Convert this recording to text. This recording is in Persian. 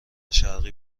شرقی